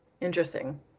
Interesting